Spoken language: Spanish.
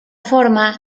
forma